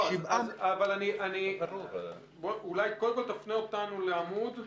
אולי קודם כול, תפנה אותנו לעמוד.